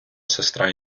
сестра